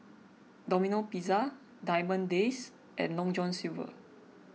Domino Pizza Diamond Days and Long John Silver